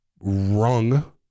rung